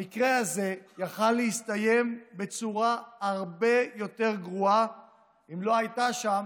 המקרה הזה יכול היה להסתיים בצורה הרבה יותר גרועה אם לא הייתה שם